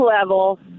level